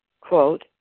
quote